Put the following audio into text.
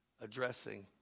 addressing